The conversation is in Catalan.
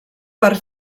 per